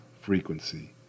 frequency